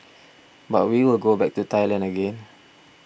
but we will go back to Thailand again